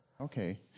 Okay